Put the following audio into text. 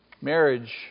marriage